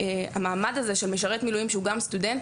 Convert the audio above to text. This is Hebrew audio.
המעמד הזה של משרת מילואים שהוא גם סטודנט,